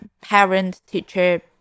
parent-teacher